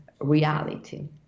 reality